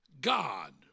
God